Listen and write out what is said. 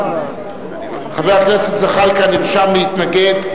חבר הכנסת זחאלקה נרשם להתנגד.